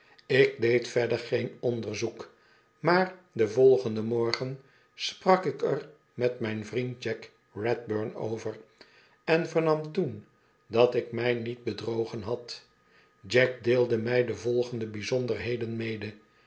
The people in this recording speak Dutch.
ik deed verder geen onderzoek maar den volgenden morgen sprak ik er met myn vriend jack redburn over en vernam toen dat ik my niet bedrogen had jack deelde my de volgendebyzonderheden mede